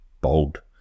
bold